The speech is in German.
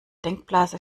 denkblase